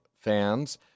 fans